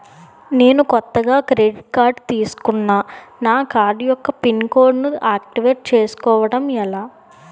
నేను కొత్తగా credit card తిస్కున్నా నా కార్డ్ యెక్క పిన్ కోడ్ ను ఆక్టివేట్ చేసుకోవటం ఎలా?